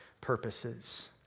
purposes